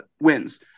wins